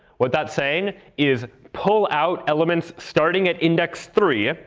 what that's saying is, pull out elements starting at index three.